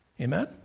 Amen